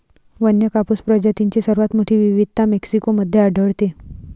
वन्य कापूस प्रजातींची सर्वात मोठी विविधता मेक्सिको मध्ये आढळते